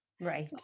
Right